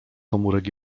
komórek